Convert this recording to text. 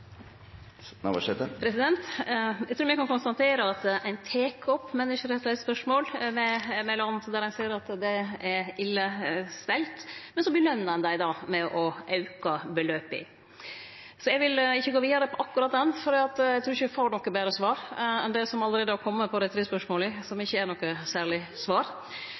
Eg trur me kan konstatere at ein tek opp menneskerettsspørsmål med land der ein ser at det er ille stelt, men så lønar ein dei ved å auke beløpa. Eg vil ikkje gå vidare på akkurat det, for eg trur ikkje me får noko betre svar enn det som allereie har kome på dei tre spørsmåla, som ikkje er noko særleg til svar.